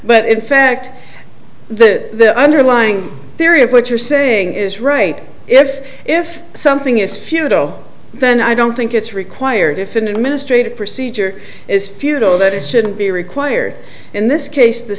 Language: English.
but in fact the underlying theory of what you're saying is right if if something is futile then i don't think it's required if an administrative procedure is futile that it shouldn't be required in this case the